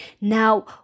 Now